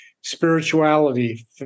Spirituality